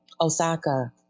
Osaka